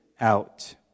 out